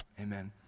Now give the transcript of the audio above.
Amen